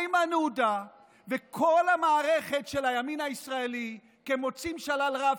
איימן עודה וכל המערכת של הימין הישראלי כמוצאים שלל רב,